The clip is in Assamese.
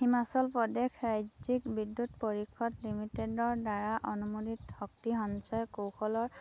হিমাচল প্ৰদেশ ৰাজ্যিক বিদ্যুৎ পৰিষদ লিমিটেডৰদ্বাৰা অনুমোদিত শক্তি সঞ্চয় কৌশলৰ